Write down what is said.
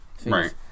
Right